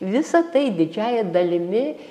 visa tai didžiąja dalimi